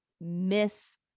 miss